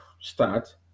start